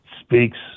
speaks